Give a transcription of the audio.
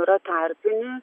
yra tarpinis